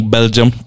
Belgium